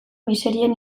miserien